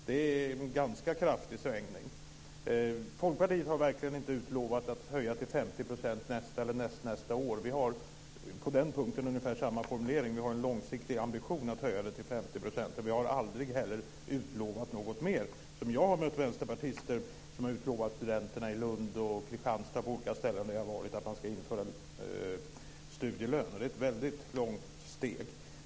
Det är en ganska kraftig svängning. Folkpartiet har verkligen inte lovat en höjning till 50 % nästa eller nästnästa år. På den punkten har vi ungefär samma formulering - vi har alltså en långsiktig ambition att höja till 50 %. Mer har vi aldrig utlovat. Men jag har mött vänsterpartister som utlovat studenterna i Lund, Kristianstad och på olika andra ställen där jag varit att man ska införa studielön. Det är ett väldigt stort steg.